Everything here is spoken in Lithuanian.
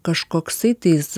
kažkoksai tais